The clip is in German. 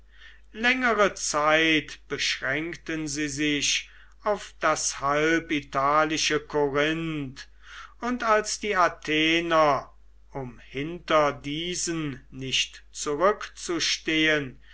längere zeit beschränkten sie sich auf das halb italische korinth und als die athener um hinter diesen nicht zurückzustehen